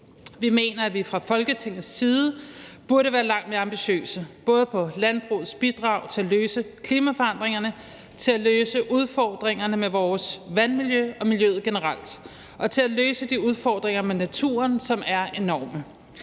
Vi mener, at vi fra Folketingets side burde være langt mere ambitiøse både med hensyn til landbrugets bidrag til at løse udfordringerne med klimaforandringerne, til at løse udfordringerne med vores vandmiljø og med miljøet generelt og til at løse de udfordringer med naturen, som er enorme.